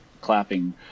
clapping